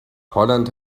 holland